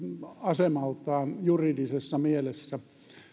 asemaltaan juridisessa mielessä